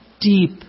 deep